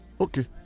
Okay